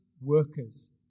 workers